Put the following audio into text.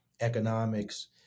economics